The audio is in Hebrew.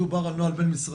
אם מדובר על נוהל בין-משרדי,